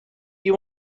you